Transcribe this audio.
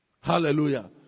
Hallelujah